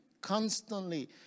constantly